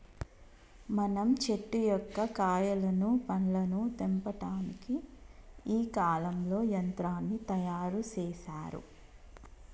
మనం చెట్టు యొక్క కాయలను పండ్లను తెంపటానికి ఈ కాలంలో యంత్రాన్ని తయారు సేసారు